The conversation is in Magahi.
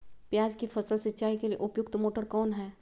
प्याज की फसल सिंचाई के लिए उपयुक्त मोटर कौन है?